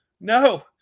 no